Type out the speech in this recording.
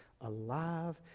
alive